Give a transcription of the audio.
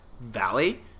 Valley